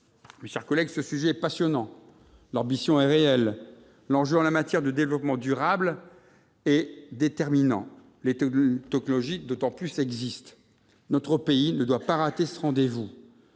Mes chers collègues, ce sujet est passionnant ; l'ambition est réelle ; l'enjeu en matière de développement durable est déterminant, d'autant que les technologies existent. Notre pays ne doit pas rater ce rendez-vous.